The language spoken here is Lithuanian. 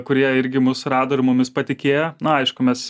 kurie irgi mus rado ir mumis patikėjo na aišku mes